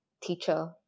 teacher